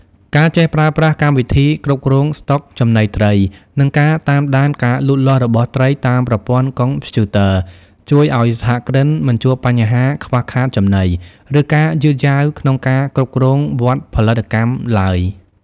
ការចេះប្រើប្រាស់កម្មវិធីគ្រប់គ្រងស្តុកចំណីត្រី និងការតាមដានការលូតលាស់របស់ត្រីតាមប្រព័ន្ធកុំព្យូទ័រ ជួយឱ្យសហគ្រិនមិនជួបបញ្ហាខ្វះខាតចំណី ឬការយឺតយ៉ាវក្នុងការគ្រប់គ្រងវដ្តផលិតកម្មឡើយ។